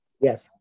Yes